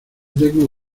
tengo